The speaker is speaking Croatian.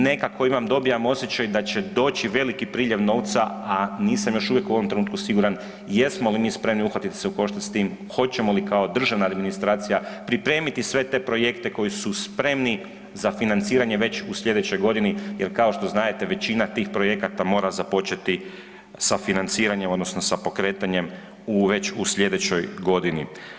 Nekako imam dojam, osjećaj da će doći veliki priljev novca, a nisam još uvijek u ovom trenutku siguran jesmo li mi spremni uhvatiti se u koštac s tim, hoćemo li kao državna administracija pripremiti sve te projekte koji su spremni za financiranje već u slijedećoj godini jer kao što znadete većina tih projekata mora započeti sa financiranjem odnosno sa pokretanjem u, već u slijedećoj godini.